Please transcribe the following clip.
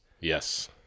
Yes